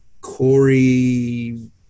Corey